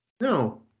No